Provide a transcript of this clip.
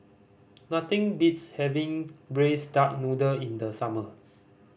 nothing beats having Braised Duck Noodle in the summer